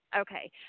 Okay